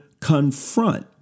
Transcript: confront